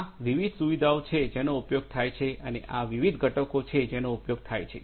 આ વિવિધ સુવિધાઓ છે જેનો ઉપયોગ થાય છે અને આ વિવિધ ઘટકો છે જેનો ઉપયોગ થાય છે